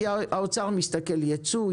כי האוצר מסתכל ייצוא,